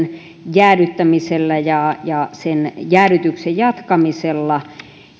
jäädyttämisellä ja ja sen jäädytyksen jatkamisella